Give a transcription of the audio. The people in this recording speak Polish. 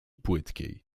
płytkiej